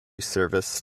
service